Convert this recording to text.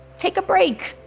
take a break,